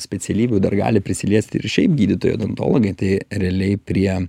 specialybių dar gali prisiliesti ir šiaip gydytojai odontologai tai realiai prie